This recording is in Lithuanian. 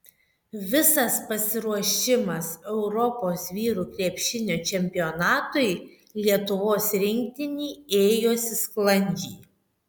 visas pasiruošimas europos vyrų krepšinio čempionatui lietuvos rinktinei ėjosi sklandžiai